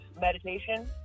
meditation